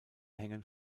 hängen